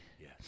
Yes